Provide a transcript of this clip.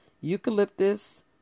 eucalyptus